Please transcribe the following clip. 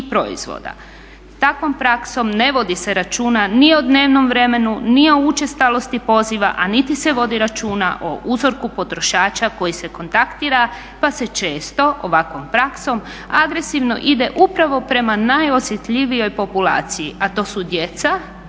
takvom praksom ne vodi se računa ni o dnevnom vremenu, ni o učestalosti poziva a niti se vodi računa o uzorku potrošača koji se kontaktira pa se često ovakvom praksom agresivno ide prama najosjetljivijoj populaciji, a to su djeca